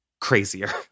crazier